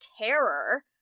terror